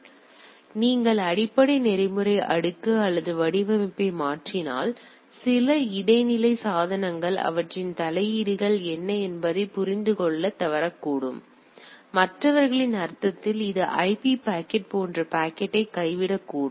எனவே நீங்கள் அடிப்படை நெறிமுறை அடுக்கு அல்லது வடிவமைப்பை மாற்றினால் சில இடைநிலை சாதனங்கள் அவற்றின் தலையீடுகள் என்ன என்பதைப் புரிந்து கொள்ளத் தவறக்கூடும் மற்றவர்களின் அர்த்தத்தில் இது ஐபி பாக்கெட் போன்ற பாக்கெட்டை கைவிடக்கூடும்